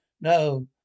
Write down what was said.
No